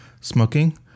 smoking